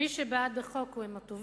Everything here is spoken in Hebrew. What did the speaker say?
מי שבעד החוק הוא עם הטובים,